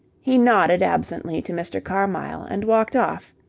he nodded absently to mr. carmyle and walked off.